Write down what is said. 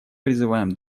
призываем